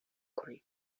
کنین